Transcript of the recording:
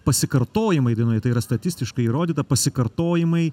pasikartojimai dainoje tai yra statistiškai įrodyta pasikartojimai